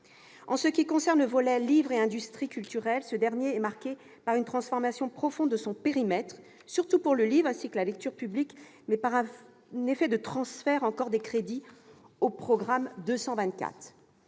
En ce qui concerne le volet « Livre et industries culturelles », il est marqué par une transformation profonde de périmètre, surtout pour le livre et la lecture publique, du fait de transferts de crédits au programme 224.